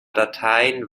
dateien